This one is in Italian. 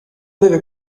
deve